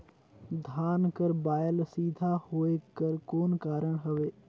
धान कर बायल सीधा होयक कर कौन कारण हवे?